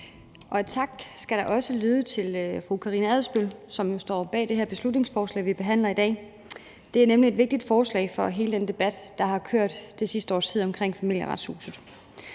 Der skal også lyde en tak til fru Karina Adsbøl, som står bag det her beslutningsforslag, vi behandler i dag. Det er nemlig et vigtigt forslag i forhold til hele den debat, der har kørt det sidste års tid omkring Familieretshuset.